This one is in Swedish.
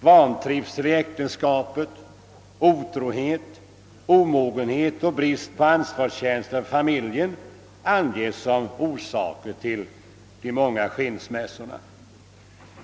Vantrivsel i äktenskapet, otrohet, omogenhet och brist på ansvarskänsla för familjen anges som orsaker till de många skilsmässorna.